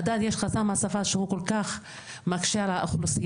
עדיין יש חסם של השפה שהוא כל כך מקשה על האוכלוסייה,